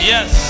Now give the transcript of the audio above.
Yes